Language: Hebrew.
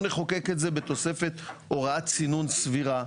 או נחוקק את זה בתוספת הוראת צינון סבירה.